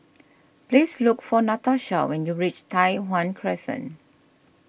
please look for Natasha when you reach Tai Hwan Crescent